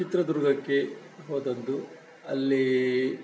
ಚಿತ್ರದುರ್ಗಕ್ಕೆ ಹೋದದ್ದು ಅಲ್ಲಿ